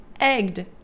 Egged